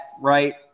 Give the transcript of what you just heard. right